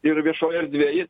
ir viešoj erdvėj